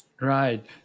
Right